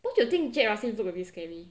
don't you think jade ruskin look a bit scary